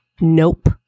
nope